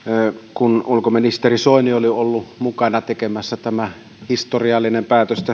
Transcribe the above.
kun ulkoministeri soini oli ollut mukana tekemässä tätä historiallista päätöstä